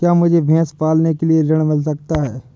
क्या मुझे भैंस पालने के लिए ऋण मिल सकता है?